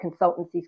consultancies